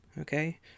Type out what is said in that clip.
okay